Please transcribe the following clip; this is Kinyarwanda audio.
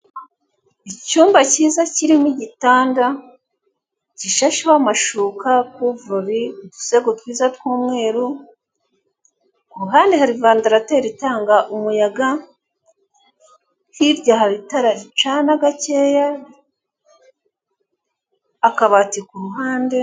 Icyumba kiza kirimo igitanda gishasheho amashuka, kuvurori, udusego twiza tw'umweru. Hirya hari vandarateri itangamo umuyaga hirya hari itara ricana, gakeya akabati ku ruhande.